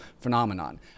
phenomenon